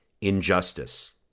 Injustice